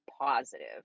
positive